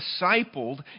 discipled